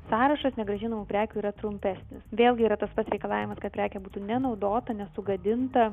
sąrašas negrąžinamų prekių yra trumpesnis vėlgi yra tas pats reikalavimas kad prekė būtų nenaudota nesugadinta